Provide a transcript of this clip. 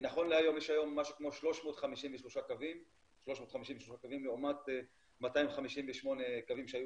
נכון להיום יש משהו כמו 353 קווים לעומת 258 שהיו